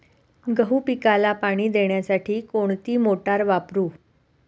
गहू पिकाला पाणी देण्यासाठी कोणती मोटार वापरू?